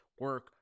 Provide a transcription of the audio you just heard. Work